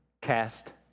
cast